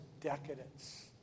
decadence